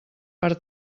per